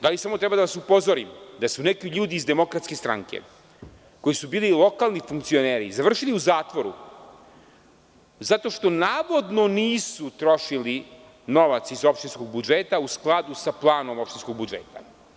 Da li samo treba da vas upozorim, da su neki ljudi iz DS, koji su bili lokalni funkcioneri, završili u zatvoru zato što, navodno, nisu trošili novac iz opštinskog budžeta u skladu sa planom opštinskog budžeta?